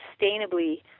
sustainably